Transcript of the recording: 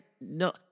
No